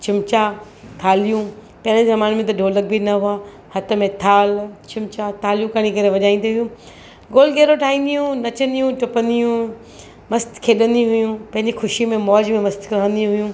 चमिचा थालियूं पहिरें ज़माने में त ढोलक बि न हुआ हथु में थाल चमिचा थालियूं खणी करे वज़ाय ईंदी हुयूं गोल घेरो ठाहींदियूं नचंदियूं टुपदियूं मस्तु खेॾंदी हुयूं पंहिंजी ख़ुशी में मौज़ मस्तीअ में रहंदियूं हुयूं